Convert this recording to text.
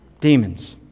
demons